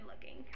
looking